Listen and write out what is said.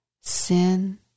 Sin